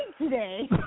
today